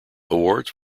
awards